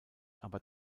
aber